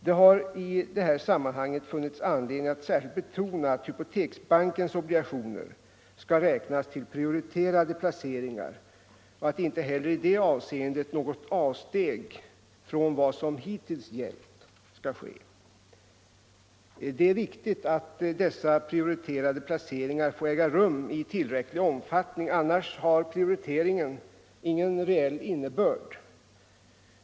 Det har i sammanhanget funnits anledning att särskilt betona att hypoteksbankens obligationer kan räknas till prioriterade placeringar, och att inte heller i det avseendet något avsteg från vad som hittills gällt skall göras. Det är viktigt att dessa prioriterade placeringar får äga rum i tillräcklig omfattning. Annars har prioritering ingen reell innebörd.